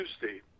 Tuesday